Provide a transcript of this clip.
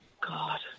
God